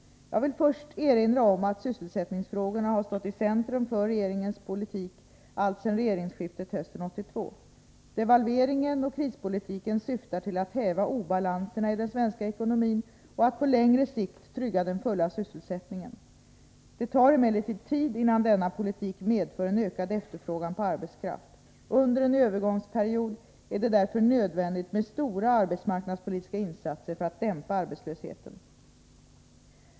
Jag vill först erinra om att sysselsättningsfrågorna har stått i centrum för regeringens politik alltsedan regeringsskiftet hösten 1982. Devalveringen och krispolitiken syftar till att häva obalanserna i den svenska ekonomin och att på längre sikt trygga den fulla sysselsättningen. Det tar emellertid tid innan denna politik medför en ökad efterfrågan på arbetskraft. Under en övergångsperiod är det därför nödvändigt med stora arbetsmarknadspolitiska insatser för att dämpa arbetslösheten.